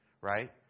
Right